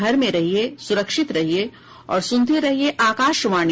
घर में रहिये सुरक्षित रहिये और सुनते रहिये आकाशवाणी